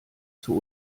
zur